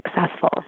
successful